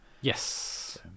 yes